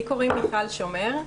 לי קוראים מיכל שומר.